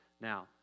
Now